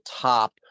top